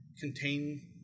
contain